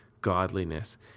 godliness